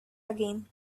again